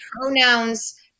pronouns